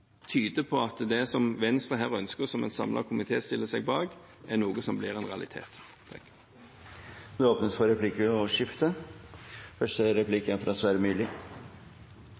tyder på at det som Venstre her ønsker, og som en samlet komité stiller seg bak, er noe som blir en realitet. Det blir replikkordskifte.